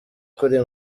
kuri